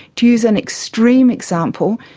to use an extreme example,